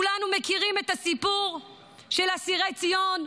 כולנו מכירים את הסיפור של אסירי ציון,